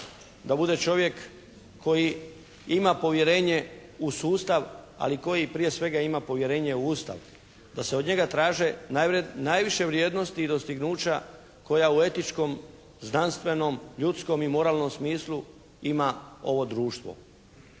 Da bude čovjek koji ima povjerenje u sustav, ali koji prije svega ima povjerenje u Ustav. Da se od njega traže najviše vrijednosti i dostignuća koja u etičkom, znanstvenom, ljudskom i moralnom smislu ima ovo društvo.